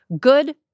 Good